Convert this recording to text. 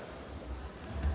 Hvala.